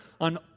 on